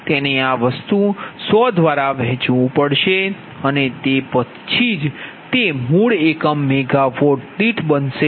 તેને આ વસ્તુ 100 દ્વારા વહેંચવું પડશે અને તે પછી જ તે મૂળ એકમ મેગાવોટ દીઠ બનશે